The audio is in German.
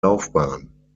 laufbahn